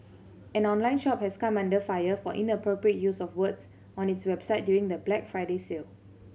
an online shop has come under fire for inappropriate use of words on its website during the Black Friday sale